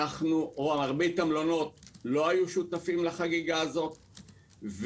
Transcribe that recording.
מרבית המלונות לא היו שותפים לחגיגה הזאת.